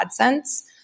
AdSense